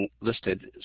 listed